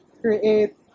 create